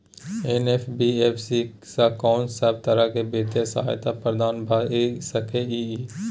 NBFC स कोन सब तरह के वित्तीय सहायता प्रदान भ सके इ? इ